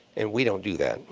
and we don't do that.